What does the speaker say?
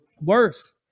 Worse